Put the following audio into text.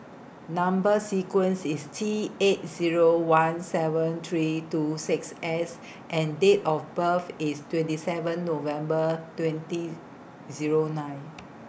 Number sequence IS T eight Zero one seven three two six S and Date of birth IS twenty seven November twenty Zero nine